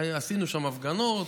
עשינו שם הפגנות,